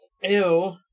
Ew